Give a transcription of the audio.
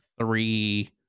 three